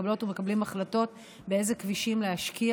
הקריטריונים שלפיהם אנחנו מקבלות ומקבלים החלטות באילו כבישים להשקיע,